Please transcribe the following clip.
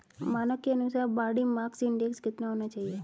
मानक के अनुसार बॉडी मास इंडेक्स कितना होना चाहिए?